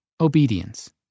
obedience